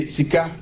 Sika